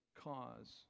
cause